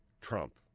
Trump